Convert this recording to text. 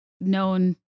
known